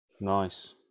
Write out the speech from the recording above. Nice